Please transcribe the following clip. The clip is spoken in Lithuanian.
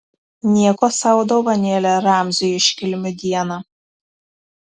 nieko sau dovanėlė ramziui iškilmių dieną